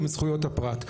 ומזכויות הפרט.